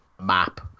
map